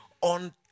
on